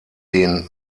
den